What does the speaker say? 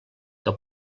que